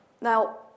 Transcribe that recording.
Now